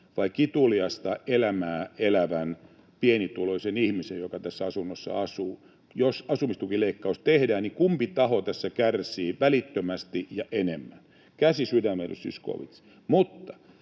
vai kituliasta elämää elävän pienituloisen ihmisen, joka tässä asunnossa asuu? Jos asumistukileikkaus tehdään, niin kumpi taho tässä kärsii välittömästi ja enemmän? Käsi sydämelle, Zyskowicz.